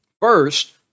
First